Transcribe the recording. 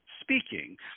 speaking